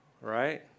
right